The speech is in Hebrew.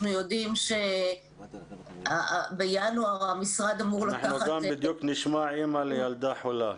אנחנו יודעים שבינואר המשרד -- אנחנו גם בדיוק נשמע אימא לילדה חולה.